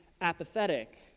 apathetic